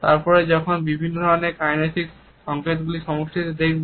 তবে পরে যখন আমরা বিভিন্ন ধরনের কাইনেসিক সংকেতগুলির সমষ্টিকে দেখব